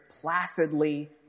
placidly